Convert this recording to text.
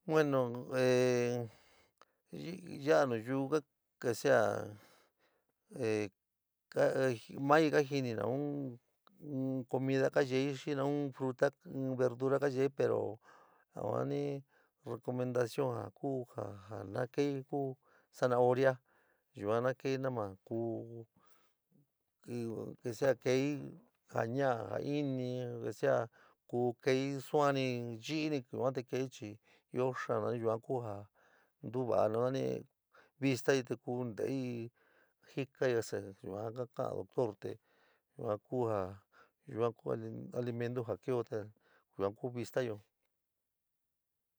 Bueno, ee yaa nayuu, ke sea ee ka moi kajini nauun ín comida kayeei, xii noun fruta in verdura kayeei pero ja noun recomendacion jee kuu ja no kei ko zanahoria yee na kei noma kuu ke sea kei ia nora ja fini kased ro kei suani yiini kei chiio io xad yua kuu ntuoua vista kuu ko nteti jikoo, yua ka´a doctor te yua ku ja yua ku alimento jo keo te yua ku vistayo